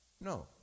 No